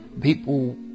people